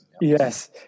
Yes